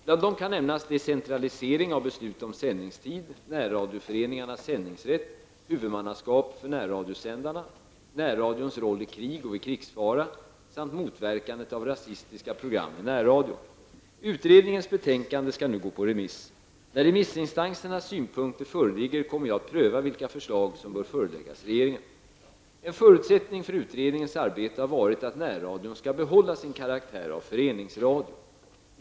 Bland dessa kan nämnas decentralisering av beslut om sändningstid, närradioföreningarnas sändningsrätt, huvudmannaskapet för närradiosändarna, närradions roll i krig och vid krigsfara samt motverkandet av rasistiska program i närradion. Utredningens betänkande skall nu gå på remiss. När remissinstansernas synpunkter föreligger kommer jag att pröva vilka förslag som bör föreläggas regeringen. En förutsättning för utredningens arbete har varit att närradion skall behålla sin karaktär av föreningsradio.